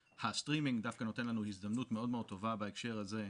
הסטרימינג דווקא נותן לנו הזדמנות מאוד מאוד טובה בהקשר הזה,